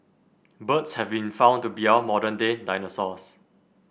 birds have been found to be our modern day dinosaurs